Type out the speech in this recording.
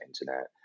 internet